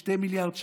ל-2 מיליארד שקל.